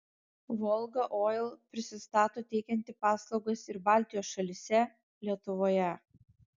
volga oil prisistato teikianti paslaugas ir baltijos šalyse lietuvoje